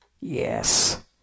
Yes